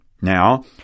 Now